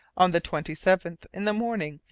on the twenty seventh, in the morning,